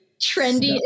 trendy